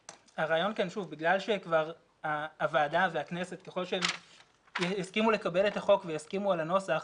ככל שהוועדה והכנסת יסכימו לקבל את החוק ויסכימו על הנוסח,